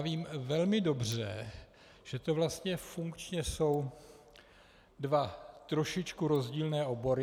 Vím velmi dobře, že to vlastně funkčně jsou dva trošičku rozdílné obory.